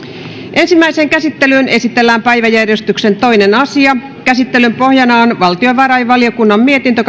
ensimmäiseen käsittelyyn esitellään päiväjärjestyksen toinen asia käsittelyn pohjana on valtiovarainvaliokunnan mietintö